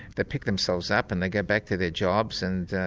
they pick themselves up and they go back to their jobs. and,